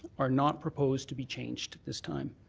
are not proposed to be changed at this time.